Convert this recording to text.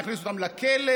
יכניסו אותם לכלא?